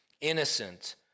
innocent